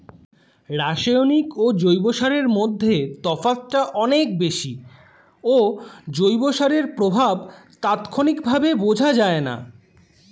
রাসায়নিক ও জৈব সারের মধ্যে তফাৎটা অনেক বেশি ও জৈব সারের প্রভাব তাৎক্ষণিকভাবে বোঝা যায়না